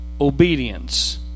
obedience